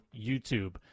youtube